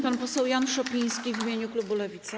Pan poseł Jan Szopiński w imieniu klubu Lewica.